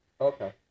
Okay